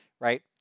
right